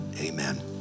amen